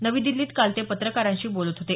नवी दिल्लीत काल ते पत्रकारांशी बोलत होते